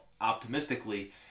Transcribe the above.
optimistically